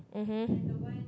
mmhmm